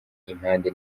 impande